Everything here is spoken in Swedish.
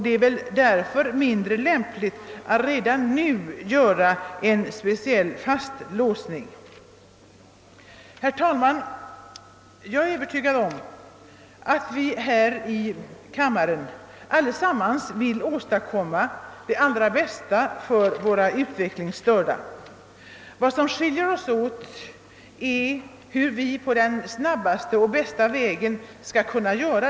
Det torde vara mindre lämpligt med en fastlåsning redan vid denna tidpunkt. Herr talman! Jag är övertygad om att vi alla här i kammaren vill göra det bästa möjliga för de utvecklingsstörda; vad som skiljer oss åt är bara frågan om hur det snabbast och bäst skall kunna ske.